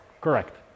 Correct